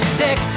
sick